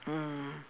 mm